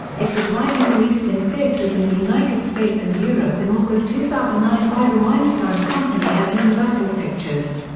it was widely released in theaters in the united states and europe in august two thousand and nine by the weinstein company and universal pictures.